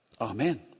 Amen